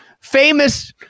famous